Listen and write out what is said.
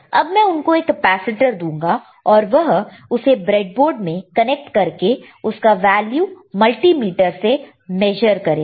अब मैं उनको एक कैपेसिटर दूंगा और वह उसे ब्रेडबोर्ड में कनेक्ट करके उसका वैल्यू मल्टीमीटर से मेशर करेंगे